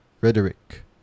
Rhetoric